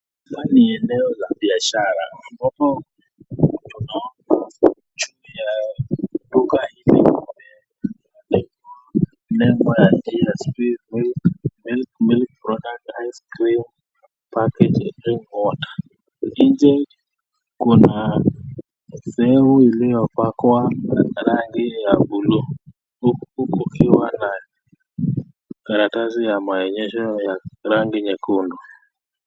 Hapa ni eneo la biashara ambapo tunaona juu ya duka hili imeandikwa neno la Gsp Milk, Milk, Milk Products, Ice Cream, Packed Drinking Water . Nje kuna sehemu ilipakwa na rangi ya buluu huku ukiwa na karatasiya maonyesho ya rangi nyekundu.